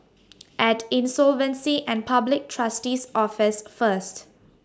At Insolvency and Public Trustee's Office First